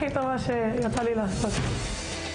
צריך לזכור לפני 10 שנים,